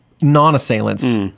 non-assailants